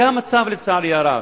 זה המצב, לצערי הרב.